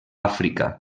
àfrica